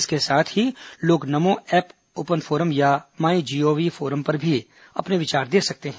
इसके साथ ही लोग नमो एप ओपन फोरम या माई जीओवी फोरम पर भी अपने विचार दे सकते हैं